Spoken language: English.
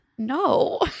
No